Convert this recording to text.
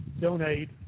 donate